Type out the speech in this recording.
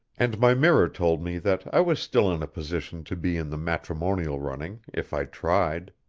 and my mirror told me that i was still in a position to be in the matrimonial running if i tried.